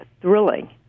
thrilling